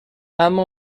اما